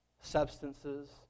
substances